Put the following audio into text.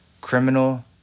Criminal